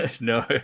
No